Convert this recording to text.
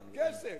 כסף.